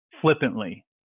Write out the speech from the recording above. flippantly